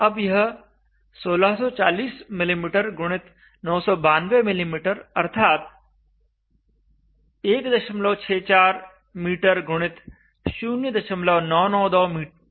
अब यह 1640 mm गुणित 992 mm अर्थात् 164 m गुणित 0992 m है